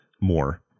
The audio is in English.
more